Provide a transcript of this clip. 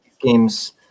games